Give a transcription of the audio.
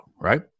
right